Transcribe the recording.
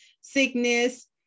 sickness